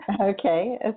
okay